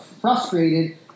frustrated